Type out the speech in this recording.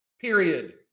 Period